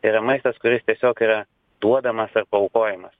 yra maistas kuris tiesiog yra duodamas ar paaukojamas